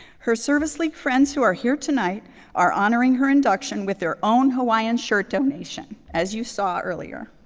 her service league friends who are here tonight are honoring her induction with their own hawaiian shirt donation, as you saw earlier.